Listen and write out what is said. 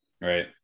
Right